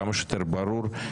כמה שיותר ברור,